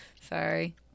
Sorry